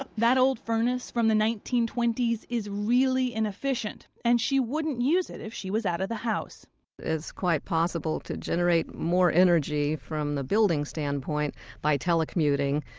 but that old furnace from the nineteen twenty s is really inefficient, and she wouldn't use it if she was out of the house it's quite possible to generate more energy from the building standpoint by telecommuting,